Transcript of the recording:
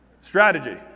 Strategy